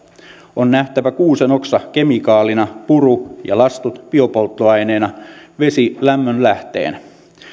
on nähtävä kuusen oksa kemikaalina puru ja lastut biopolttoaineina vesi lämmönlähteenä